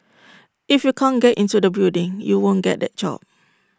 if you can't get into the building you won't get that job